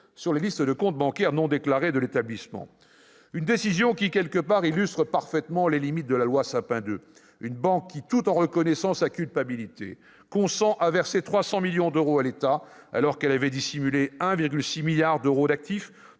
sur les listes de comptes bancaires non déclarés de l'établissement. Cette décision illustre parfaitement les limites de la loi Sapin 2. Une banque qui, tout en reconnaissant sa culpabilité, consent à verser 300 millions d'euros à l'État, alors qu'elle avait dissimulé 1,6 milliard d'euros d'actifs,